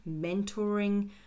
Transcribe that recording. mentoring